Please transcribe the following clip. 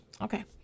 Okay